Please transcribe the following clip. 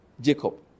Jacob